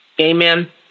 Amen